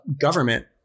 government